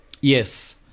Yes